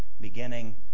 beginning